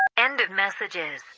end of messages